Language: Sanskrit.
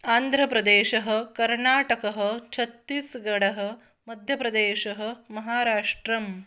आन्ध्रप्रदेशः कर्णाटकः छत्तीस्गडः मध्यप्रदेशः महाराष्ट्रम्